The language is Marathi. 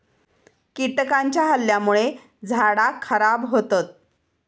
कीटकांच्या हल्ल्यामुळे झाडा खराब होतत